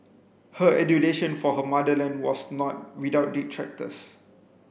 her adulation for her motherland was not without detractors